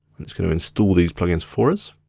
that's gonna instal these plugins for us.